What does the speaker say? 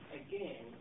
again